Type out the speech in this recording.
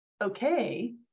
okay